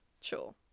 sure